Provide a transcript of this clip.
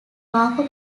marco